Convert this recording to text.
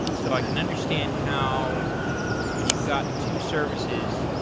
so i can understand how when you've got two services,